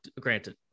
granted